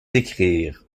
décrire